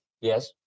yes